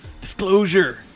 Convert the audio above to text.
disclosure